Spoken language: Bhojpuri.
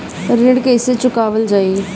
ऋण कैसे चुकावल जाई?